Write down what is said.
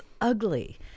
ugly